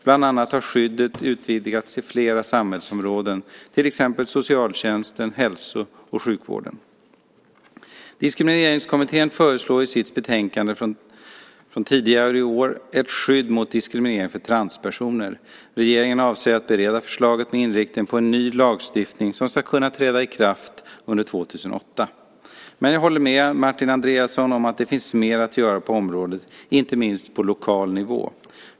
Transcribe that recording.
Bland annat har skyddet utvidgats till fler samhällsområden, till exempel socialtjänsten och hälso och sjukvården. Diskrimineringskommittén föreslår i sitt betänkande från tidigare i år ett skydd mot diskriminering för transpersoner. Regeringen avser att bereda förslagen med inriktning på att en ny lagstiftning ska kunna träda i kraft under 2008. Men jag håller med Martin Andreasson om att det finns mer att göra på området, inte minst på lokal nivå.